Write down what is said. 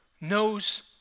knows